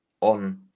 on